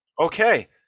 okay